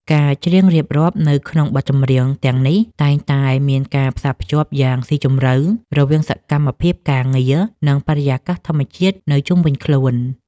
ការច្រៀងរៀបរាប់នៅក្នុងបទចម្រៀងទាំងនេះ តែងតែមានការផ្សារភ្ជាប់យ៉ាងស៊ីជម្រៅរវាងសកម្មភាពការងារ និងបរិយាកាសធម្មជាតិនៅជុំវិញខ្លួន។